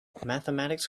mathematics